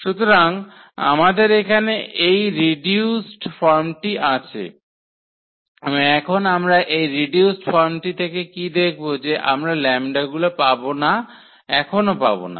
সুতরাং আমাদের এখানে এই রিডিউস ফর্মটি আছে এবং এখন আমরা এই রিডিউস ফর্মটি থেকে কী দেখব যে আমরা ল্যাম্বডাগুলো পাব না এখনও পাব না